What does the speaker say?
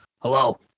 Hello